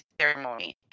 ceremony